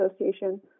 association